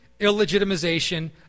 illegitimization